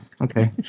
Okay